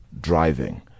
driving